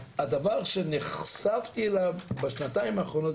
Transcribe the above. הדבר שנחשפתי אליו בשנתיים האחרונות,